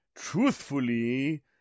truthfully